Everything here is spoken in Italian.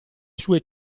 sue